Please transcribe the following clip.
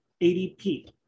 ADP